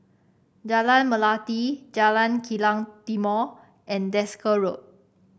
Jalan Melati Jalan Kilang Timor and Desker Road